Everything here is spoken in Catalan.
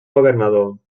governador